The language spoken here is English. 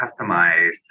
customized